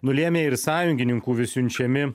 nulėmė ir sąjungininkų vis siunčiami